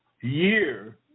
year